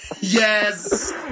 Yes